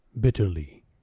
bitterly